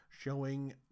showing